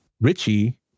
Richie